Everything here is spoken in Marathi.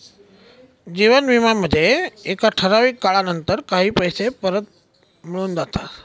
जीवन विमा मध्ये एका ठराविक काळानंतर काही पैसे परत मिळून जाता